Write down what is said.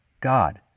God